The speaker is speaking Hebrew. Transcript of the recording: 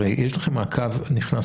הרי יש לכם מעקב נכנס/יוצא,